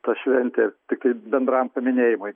ta šventė tiktai bendram paminėjimui